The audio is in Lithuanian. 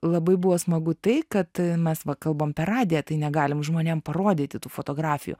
labai buvo smagu tai kad mes va kalbam per radiją tai negalime žmonėm parodyti tų fotografijų